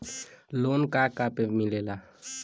Loan का का पे मिलेला?